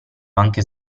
anche